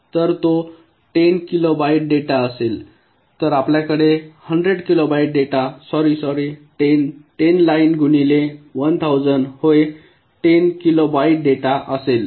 तर तो 10 kilobyte data असेल तर आपल्याकडे 100 kilobyte data sorry sorry 10 10 line गुणिले 1000 होय 10 किलोबाइट डेटा असेल